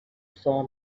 saw